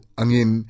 angin